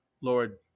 lord